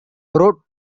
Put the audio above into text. wrote